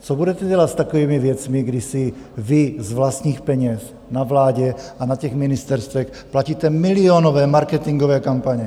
Co budete dělat s takovými věcmi, kdy si vy z vlastních peněz na vládě a na těch ministerstvech platíte milionové marketingové kampaně?